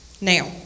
Now